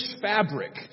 fabric